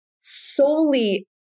solely